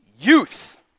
youth